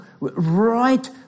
right